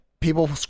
people